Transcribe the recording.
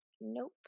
Nope